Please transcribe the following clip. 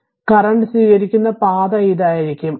അതിനാൽ കറന്റ് സ്വീകരിക്കുന്ന പാത ഇതായിരിക്കും